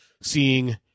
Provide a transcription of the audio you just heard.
seeing